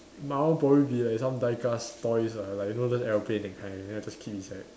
mine probably be like some die-cast toys like you know like those aeroplane that kind then I just keep inside